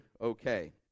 okay